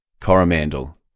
Coromandel